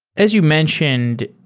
as you mentioned,